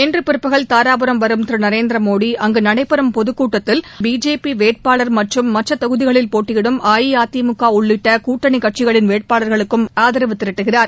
இன்று பிற்பகல் தாராபுரம் வரும் திரு நரேந்திர மோடி அங்கு நடைபெறும் பொதுக்கூட்டத்தில் அத்தொகுதியில் போட்டியிடும் பிஜேபி வேட்பாளர் மற்றும் மற்ற தொகுதிகளில் போட்டியிடும் அஇஅதிமுக உள்ளிட்ட கூட்டணி கட்சிகளின் வேட்பாளர்களுக்கும் ஆதரவு திரட்டுகிறார்